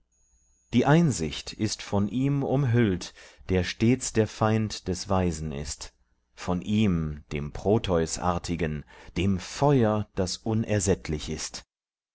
die einsicht ist von ihm umhüllt der stets der feind des weisen ist von ihm dem proteusartigen dem feu'r das unersättlich ist